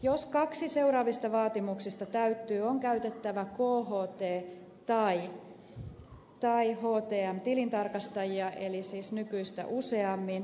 jos kaksi seuraavista vaatimuksista täyttyy on käytettävä kht tai htm tilintarkastajia eli siis nykyistä useammin